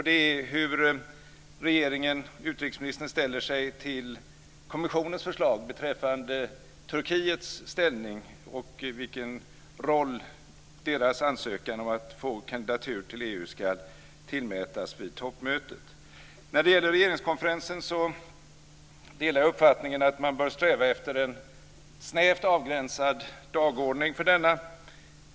Det är hur regeringen och utrikesministern ställer sig till kommissionens förslag beträffande Turkiets ställning och vilken roll dess ansökan om att få kandidatur till EU ska tillmätas vid toppmötet. När det gäller regeringenskonferensen delar jag uppfattningen att man bör sträva efter en snävt avgränsad dagordning för denna.